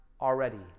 already